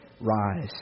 rise